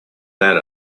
that